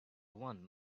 one